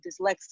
dyslexia